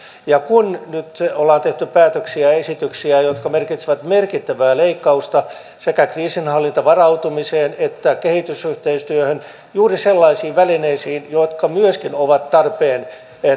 ja kun nyt ollaan tehty päätöksiä ja esityksiä jotka merkitsevät merkittävää leikkausta sekä kriisinhallintavarautumiseen että kehitysyhteistyöhön juuri sellaisiin välineisiin jotka myöskin ovat tarpeen